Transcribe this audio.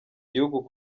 gihugu